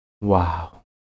Wow